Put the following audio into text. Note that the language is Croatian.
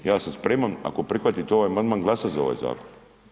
Ja sam spreman ako prihvatite ovaj amandman, glasati za ovaj zakon.